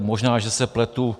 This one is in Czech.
Možná že se pletu.